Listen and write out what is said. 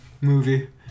movie